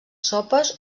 sopes